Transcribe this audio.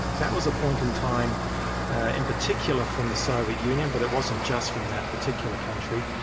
that was a point in time in particular from the soviet union, but it wasn't just from that particular country.